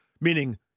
meaning